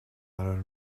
قرار